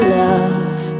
love